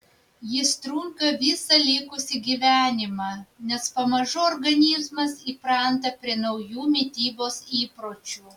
jis trunka visą likusį gyvenimą nes pamažu organizmas įpranta prie naujų mitybos įpročių